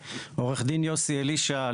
אני עורך דין יוסי אלישע,